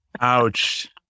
Ouch